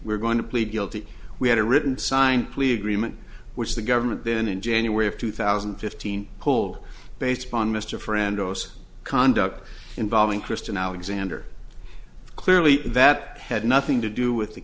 we're going to plead guilty we had a written signed plea agreement which the government then in january of two thousand and fifteen pull based upon mr friend or us conduct involving kristen alexander clearly that had nothing to do with the